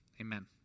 Amen